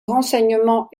renseignement